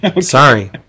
Sorry